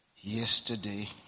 yesterday